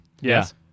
Yes